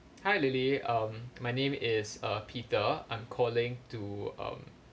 hi lily um my name is uh peter I'm calling to um